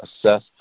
assess